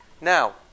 Now